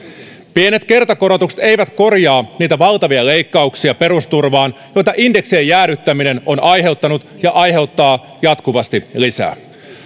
pienet kertakorotukset eivät korvaa niitä valtavia leikkauksia perusturvaan joita indeksien jäädyttäminen on aiheuttanut ja aiheuttaa jatkuvasti lisää